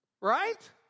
Right